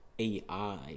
AI